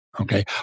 Okay